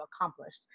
accomplished